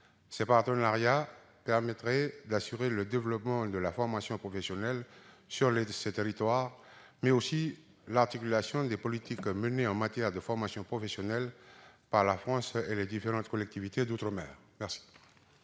Ce partenariat permettrait d'assurer le développement de la formation professionnelle sur ces territoires, mais aussi l'articulation des politiques menées en matière de formation professionnelle par la France et les différentes collectivités d'outre-mer. Quel